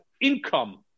income